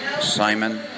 Simon